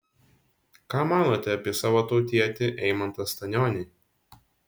ką manote apie savo tautietį eimantą stanionį